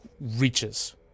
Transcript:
reaches